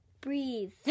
breathe